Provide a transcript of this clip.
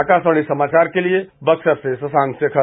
आकाशवाणी समाचार के लिए बक्सर से शशांक शेखर